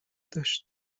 داشت